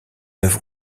œuvre